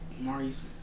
Maurice